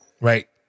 Right